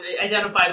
identified